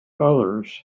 others